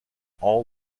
all